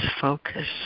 focus